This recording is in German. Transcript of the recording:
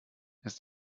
ist